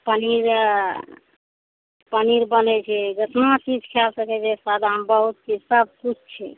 पनीर पनीर बनय छै जेतना चीज खा सकय छै सादामे बहुत किछु सबकिछु छै